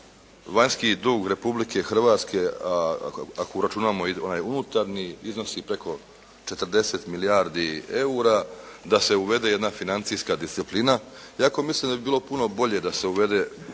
vanjski dug Republike Hrvatske, ako računamo i onaj unutarnji iznosi preko 40 milijardi eura, da se uvede jedna financijska disciplina, iako mislim da bi bilo puno bolje da se uvede